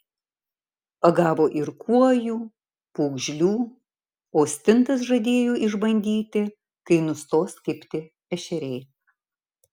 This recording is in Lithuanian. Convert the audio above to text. pagavo ir kuojų pūgžlių o stintas žadėjo išbandyti kai nustos kibti ešeriai